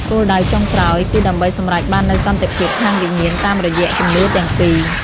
គោលដៅចុងក្រោយ គឺដើម្បីសម្រេចបាននូវសន្តិភាពខាងវិញ្ញាណតាមរយៈជំនឿទាំងពីរ។